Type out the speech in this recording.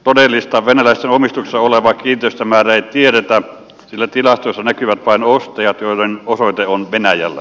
todellista venäläisten omistuksessa olevaa kiinteistömäärää ei tiedetä sillä tilastoissa näkyvät vain ostajat joiden osoite on venäjällä